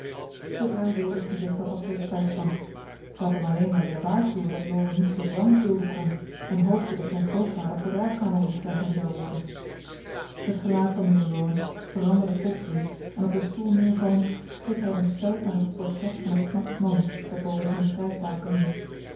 zoodra jo dit gezegd had had zij er spijt van ze had hem alleen maar willen waarschuwen dat laurie niet veel dwang dulden kon en hoopte dat zijn grootvader verdraagzamer omtrent hem zou worden het gelaat van mijnheer laurence veranderde plotseling en op een stoel neervallend keek hij ontsteld naar het portret van een knap man dat boven zijn schrijftafel hing